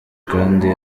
kandi